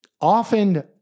Often